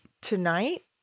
tonight